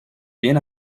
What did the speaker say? bien